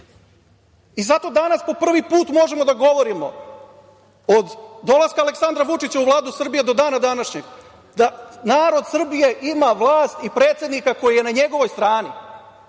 danas po prvi put možemo da govorimo od dolaska Aleksandra Vučića u Vladu Srbije do dana današnjeg, da narod Srbije ima vlast i predsednika koji je na njegovoj strani,